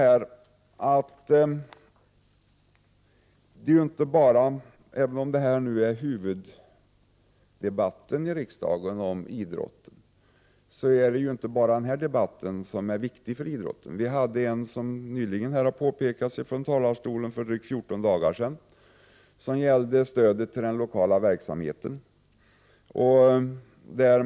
Även om dagens debatt utgör huvuddebatten i riksdagen när det gäller idrotten, är det inte bara den här debatten som är viktig för idrotten. För fjorton dagar sedan, som nyss påpekades från talarstolen, fördes en debatt som gällde stödet till den lokala verksamheten.